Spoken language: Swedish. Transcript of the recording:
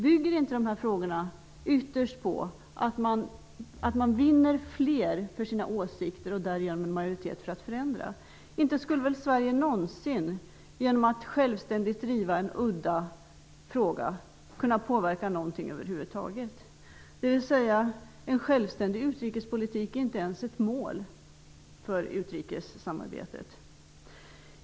Bygger inte dessa frågor ytterst på att man vinner fler för sina åsikter och därigenom en majoritet för att förändra? Inte skulle Sverige någonsin genom att självständigt driva en udda fråga kunna påverka någonting över huvud taget? Det innebär att en självständig utrikespolitik inte ens är ett mål för utrikessamarbetet.